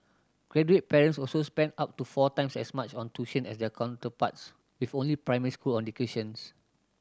graduate parents also spent up to four times as much on tuition as their counterparts with only primary school education